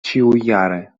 ĉiujare